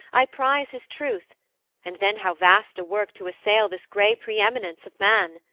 i prize his truth and then how vast a work to assail this gray preeminence of man!